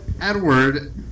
Edward